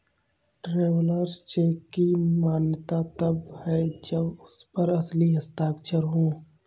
travellers cheque की मान्यता तब है जब उस पर असली हस्ताक्षर हो